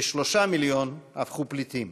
כ-3 מיליון איש הפכו פליטים.